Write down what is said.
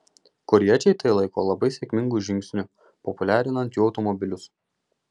korėjiečiai tai laiko labai sėkmingu žingsniu populiarinant jų automobilius